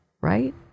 right